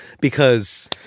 Because-